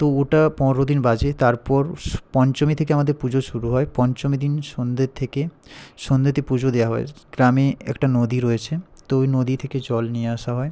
তো ওটা পনোরো দিন বাজে তারপর পঞ্চমী থেকে আমাদের পুজো শুরু হয় পঞ্চমী দিন সন্ধে থেকে সন্ধেতে পুজো দেওয়া হয় গ্রামে একটা নদী রয়েছে তো ওই নদী থেকে জল নিয়ে আসা হয়